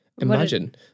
imagine